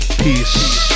Peace